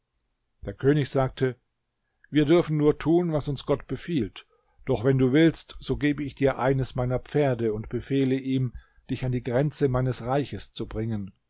der könig sagte wir dürfen nur tun was uns gott befiehlt doch wenn du willst so gebe ich dir eines meiner pferde und befehle ihm dich an die grenze meines reiches zu bringen